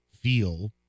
feel